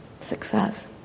success